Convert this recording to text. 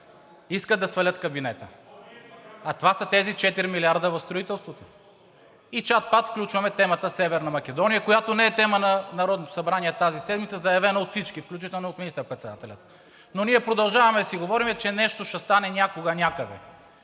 искат да свалят кабинета – това са тези четири милиарда за строителството. И чат-пат включваме темата „Северна Македония“, която не е тема на Народното събрание тази седмица, заявена от всички, включително от министър-председателя. Но ние продължаваме да си говорим, че нещо ще стане някога някъде,